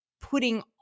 putting